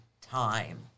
time